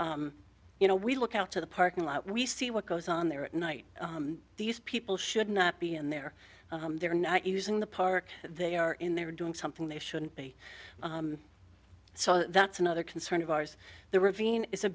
bankrupt you know we look out to the parking lot we see what goes on there at night these people should not be in there they're not using the park they are in there doing something they shouldn't be so that's another concern of ours the